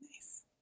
Nice